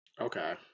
Okay